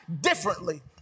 differently